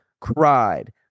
cried